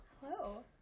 Hello